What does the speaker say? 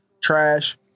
Trash